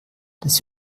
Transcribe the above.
das